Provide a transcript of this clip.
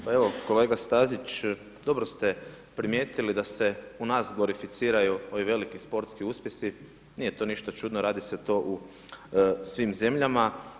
Pa evo, kolega Stazić, dobro ste primijetili da se u nas glorificiraju ovi veliki sportski uspjesi, nije to ništa čudno, radi se to u svim zemljama.